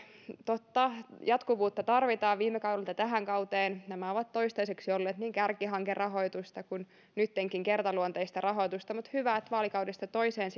totta jatkuvuutta tarvitaan viime kaudelta tähän kauteen nämä ovat toistaiseksi olleet niin kärkihankerahoitusta kuin kertaluonteista rahoitusta kuten nyttenkin mutta hyvä että vaalikaudesta toiseen